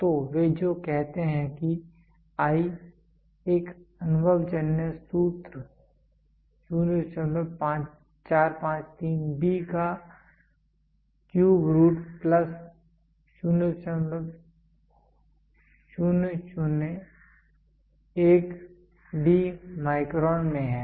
तो वे जो कहते हैं कि i एक अनुभवजन्य सूत्र 0453 D का cube root plus 0001 D micron में है